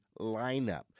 lineup